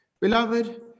Beloved